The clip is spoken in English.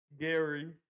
Gary